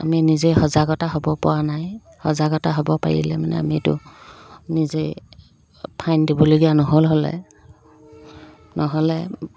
আমি নিজেই সজাগতা হ'বপৰা নাই সজাগতা হ'ব পাৰিলে মানে আমি এইটো নিজেই ফাইন দিবলগীয়া নহ'ল হ'লে নহ'লে